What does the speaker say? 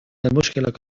المشكلة